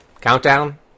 countdown